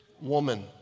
woman